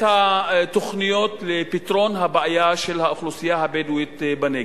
התוכניות לפתרון הבעיה של האוכלוסייה הבדואית בנגב.